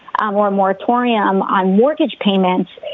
um ah moratorium on mortgage payments.